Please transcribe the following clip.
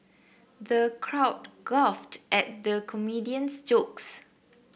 the crowd guffawed at the comedian's jokes